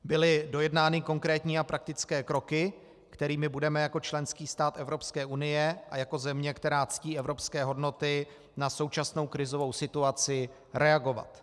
Byly dojednány konkrétní a praktické kroky, kterými budeme jako členský stát Evropské unie a jako země, která ctí evropské hodnoty, na současnou krizovou situaci reagovat.